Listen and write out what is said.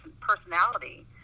personality